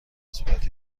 صورت